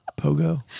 Pogo